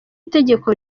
itegeko